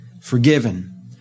forgiven